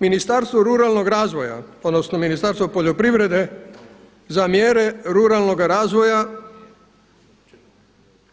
Ministarstvo ruralnog razvoja, odnosno Ministarstvo poljoprivrede za mjere ruralnoga razvoja